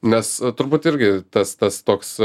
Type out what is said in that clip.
nes turbūt irgi tas tas toks